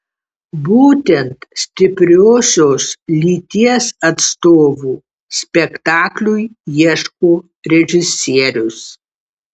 būtent stipriosios lyties atstovų spektakliui ieško režisierius